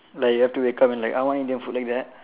like you have to wake up and like I want Indian food like that